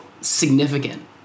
significant